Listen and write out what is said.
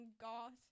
God